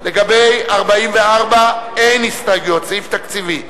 לגבי 44, אין הסתייגויות, סעיף תקציבי.